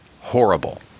horrible